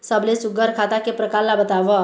सबले सुघ्घर खाता के प्रकार ला बताव?